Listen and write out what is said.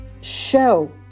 show